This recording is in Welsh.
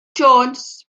jones